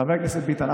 חבר הכנסת ביטן,